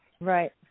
right